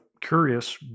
curious